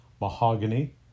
mahogany